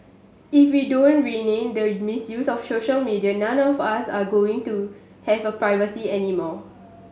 if we don't rein in the misuse of social media none of us are going to have a privacy anymore